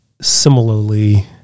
similarly